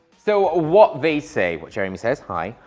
so ah what they say, what jeremy says, hi,